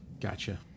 gotcha